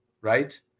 right